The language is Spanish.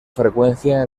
frecuencia